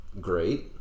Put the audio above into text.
great